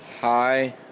Hi